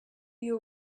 you